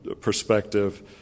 perspective